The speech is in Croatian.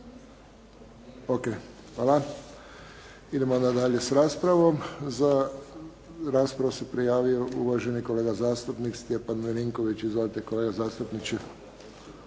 O.K. hvala. Idemo onda dalje sa raspravom. Za raspravu se prijavio uvaženi kolega zastupnik Stjepan Milinković. Izvolite kolega zastupniče.